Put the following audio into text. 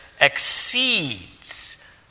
exceeds